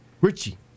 Richie